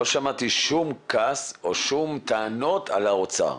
לא שמעתי שום כעס ושום טענות על האוצר.